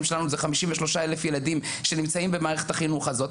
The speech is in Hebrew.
שלנו זה 53 אלף ילדים שנמצאים במערכת החינוך הזאת,